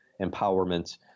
empowerment